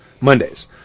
Mondays